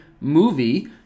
movie